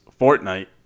Fortnite